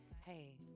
hey